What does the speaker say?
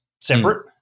separate